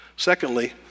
Secondly